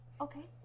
Okay